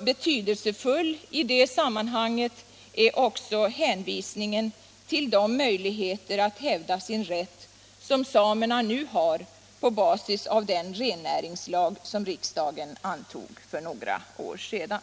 Betydelsefull i det sammanhanget är också hänvisningen till de möjligheter att hävda sin rätt som samerna nu har på basis av den rennäringslag som riksdagen antog för några år sedan.